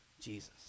Jesus